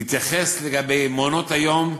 התייחס למעונות היום,